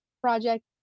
project